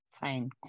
Fine